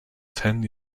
ten